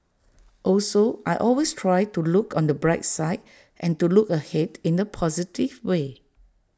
also I always try to look on the bright side and to look ahead in A positive way